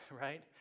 right